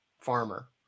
farmer